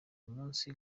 munsi